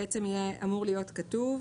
אמור להיות כתוב